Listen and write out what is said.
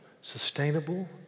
sustainable